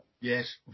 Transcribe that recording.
yes